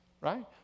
right